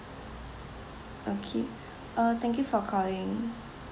okay uh thank you for calling